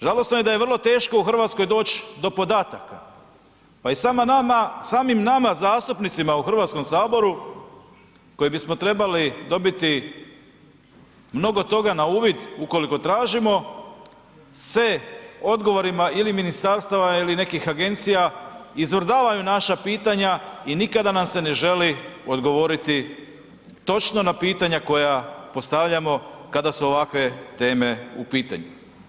Žalosno je da je vrlo teško u RH doć do podataka, pa i samim nama zastupnicima u HS koji bismo trebali dobiti mnogo toga na uvid ukoliko tražimo, se odgovorima ili ministarstava ili nekih agencija izvrdavaju naša pitanja i nikada nam se ne želi odgovoriti točno na pitanja koja postavljamo kada su ovakve teme u pitanju.